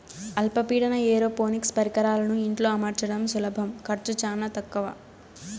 అల్ప పీడన ఏరోపోనిక్స్ పరికరాలను ఇంట్లో అమర్చడం సులభం ఖర్చు చానా తక్కవ